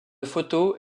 photos